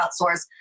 outsource